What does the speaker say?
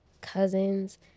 cousins